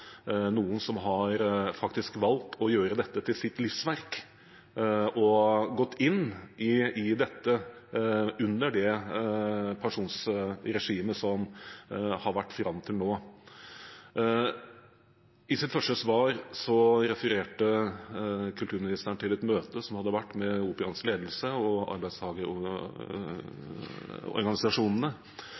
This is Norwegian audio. noen som faktisk har valgt å gjøre dette til sitt livsverk – og gått inn i dette under det pensjonsregimet som har vært fram til nå. I sitt første svar refererte kulturministeren til et møte som hadde vært med Operaens ledelse og